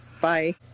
Bye